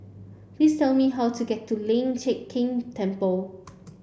please tell me how to get to Lian Chee Kek Temple